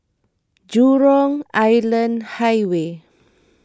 Jurong Island Highway